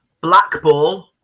Blackball